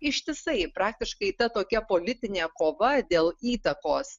ištisai praktiškai ta tokia politinė kova dėl įtakos